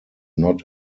not